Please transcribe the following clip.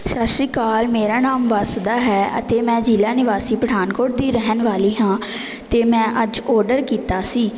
ਸਤਿ ਸ਼੍ਰੀ ਅਕਾਲ ਮੇਰਾ ਨਾਮ ਵਾਸੁਦਾ ਹੈ ਅਤੇ ਮੈਂ ਜ਼ਿਲ੍ਹਾ ਨਿਵਾਸੀ ਪਠਾਨਕੋਟ ਦੀ ਰਹਿਣ ਵਾਲੀ ਹਾਂ ਅਤੇ ਮੈਂ ਅੱਜ ਔਰਡਰ ਕੀਤਾ ਸੀ